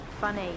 funny